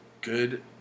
good